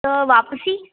त वापसी